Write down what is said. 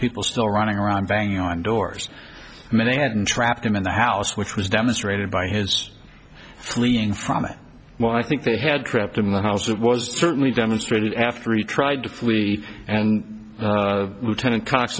people still running around banging on doors and they hadn't trapped him in the house which was demonstrated by his fleeing from a well i think they had tripped in the house that was certainly demonstrated after he tried to flee and lieutenant cox